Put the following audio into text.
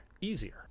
easier